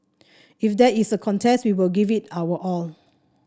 if there is a contest we will give it our all